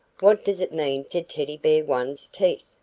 what does it mean to teddy bear one's teeth?